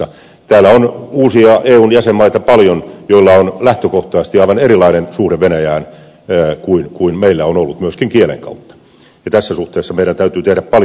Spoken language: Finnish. täällä on paljon uusia eun jäsenmaita joilla on lähtökohtaisesti aivan erilainen suhde venäjään kuin meillä on ollut myöskin kielen kautta ja tässä suhteessa meidän täytyy tehdä paljon töitä